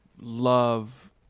love